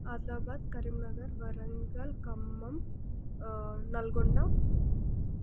Adilabad Karimnagar Warangal Khammam Nalgonda